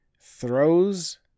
throws